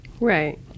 Right